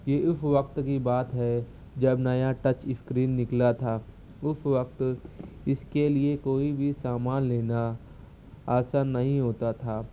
یہ اس وقت کی بات ہے جب نیا ٹچ اسکرین نکلا تھا اس وقت اس کے لیے کوئی بھی سامان لینا آسان نہیں ہوتا تھا